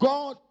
God